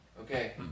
Okay